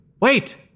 Wait